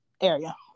area